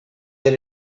that